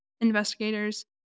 investigators